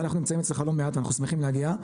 אנחנו נמצאים אצלך לא מעט ואנחנו שמחים להגיע.